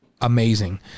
Amazing